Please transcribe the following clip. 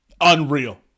Unreal